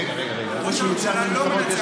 ראש הממשלה לא מנצח במלחמות.